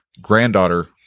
granddaughter